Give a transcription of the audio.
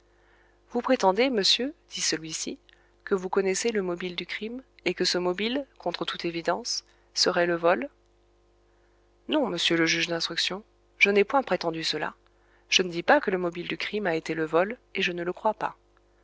vous prétendez monsieur dit celui-ci que vous connaissez le mobile du crime et que ce mobile contre toute évidence serait le vol non monsieur le juge d'instruction je n'ai point prétendu cela je ne dis pas que le mobile du crime a été le vol et je ne le crois pas